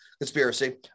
Conspiracy